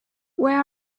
where